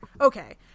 Okay